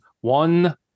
one